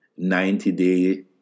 90-Day